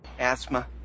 asthma